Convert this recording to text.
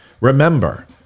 Remember